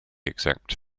exact